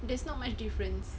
there's not much difference